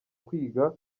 kwiga